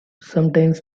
sometimes